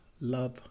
love